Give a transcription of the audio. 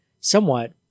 somewhat